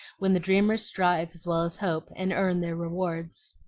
when the dreamers strive as well as hope, and earn their rewards.